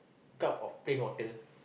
a cup of plain water